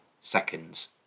seconds